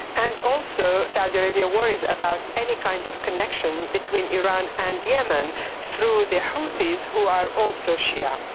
and also saudi arabia worries about any kind of connection between iran and yemen through the houthis who are also shia.